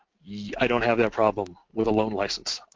yeah i don't have and a problem with a loan licence.